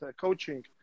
coaching